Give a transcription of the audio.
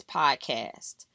podcast